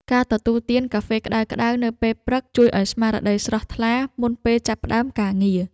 ការទទួលទានកាហ្វេក្តៅៗនៅពេលព្រឹក ជួយឱ្យស្មារតីស្រស់ថ្លាមុនពេលចាប់ផ្តើមការងារ។